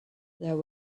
there